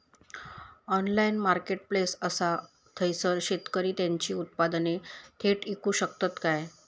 Online marketplace असा थयसर शेतकरी त्यांची उत्पादने थेट इकू शकतत काय?